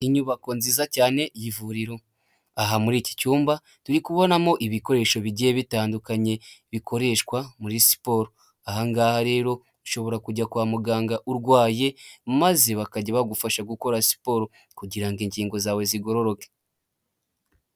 Inyubako nziza cyane y'ivuriro aha muri iki cyumba turi kubonamo ibikoresho bigiye bitandukanye bikoreshwa muri siporo, aha ngaha rero ushobora kujya kwa muganga urwaye maze bakajya bagufasha gukora siporo kugira ngo ingingo zawe zigororoke.